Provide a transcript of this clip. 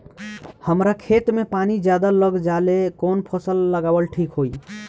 हमरा खेत में पानी ज्यादा लग जाले कवन फसल लगावल ठीक होई?